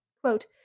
Quote